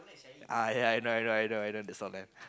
ah yeah I know I know I know I know that store there